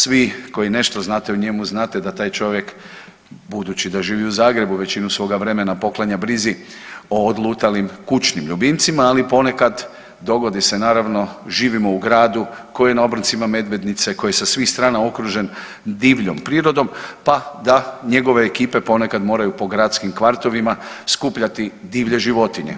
Svi koji nešto znate o njemu znate da taj čovjek budući da živi u Zagrebu većinu svoga vremena poklanja brizi o odlutalim kućnim ljubimcima, ali ponekad dogodi se naravno živimo u gradu koji je na obroncima Medvednice, koji je sa svih strana okružen divljom prirodom, pa da njegove ekipe ponekad moraju po gradskim kvartovima skupljati divlje životinje.